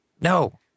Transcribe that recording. no